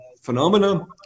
phenomena